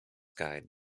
guide